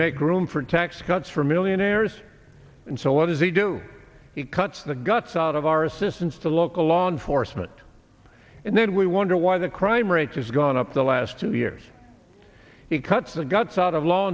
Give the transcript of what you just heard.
make room for tax cuts for millionaires and so what does he do he cuts the guts out of our assistance to local law enforcement and then we wonder why the crime rate has gone up the last two years he cuts the guts out of law